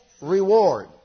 reward